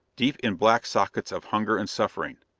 deep in black sockets of hunger and suffering.